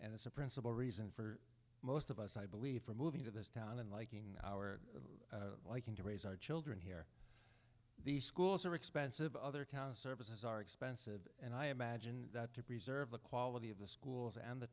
and it's a principal reason for most of us i believe for moving to this town and liking our liking to raise our children here the schools are expensive other towns services are expensive and i imagine that to preserve the quality of the schools and the